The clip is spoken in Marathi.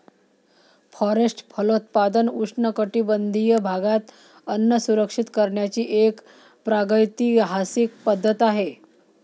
फॉरेस्ट फलोत्पादन उष्णकटिबंधीय भागात अन्न सुरक्षित करण्याची एक प्रागैतिहासिक पद्धत आहे